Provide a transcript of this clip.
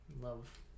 Love